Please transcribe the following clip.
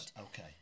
Okay